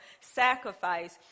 sacrifice